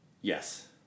Yes